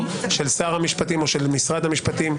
של שר המשפטים או של משרד המשפטים,